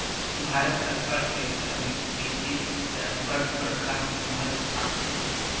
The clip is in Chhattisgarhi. भारत कर अर्थबेवस्था में किरसी हर अब्बड़ बड़खा महत राखथे